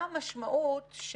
מה המשמעות,